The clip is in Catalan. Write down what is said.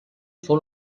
fou